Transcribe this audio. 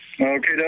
Okay